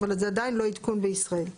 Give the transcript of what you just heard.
אבל זה עדיין לא עדכון בישראל.